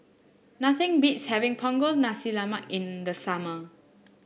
nothing beats having Punggol Nasi Lemak in the summer